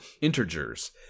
integers